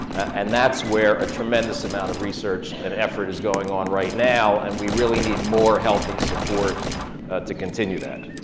and that's where a tremendous amount of research and effort is going on right now, and we really need more help and support to continue that.